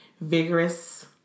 vigorous